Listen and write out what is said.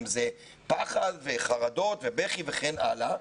אם זה פחד וחרדות ובכי וכן הלאה.